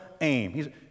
aim